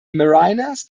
mariners